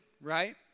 right